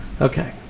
Okay